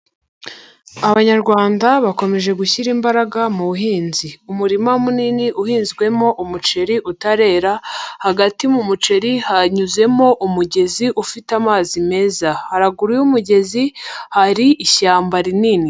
Abanyarwanda bakomeje gushyira imbaraga mu buhinzi. Umurima munini uhinzwemo umuceri utarera, hagati mu muceri hanyuzemo umugezi ufite amazi meza. Haraguru y'umugezi hari ishyamba rinini.